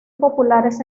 populares